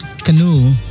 canoe